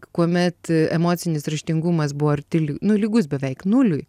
kuomet emocinis raštingumas buvo arti l nu lygus beveik nuliui